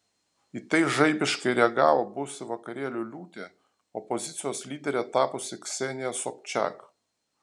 į tai žaibiškai reagavo buvusi vakarėlių liūtė opozicijos lydere tapusi ksenija sobčak